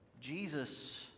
Jesus